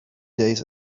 days